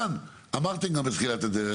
לשכנע אותם,